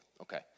Okay